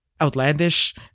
outlandish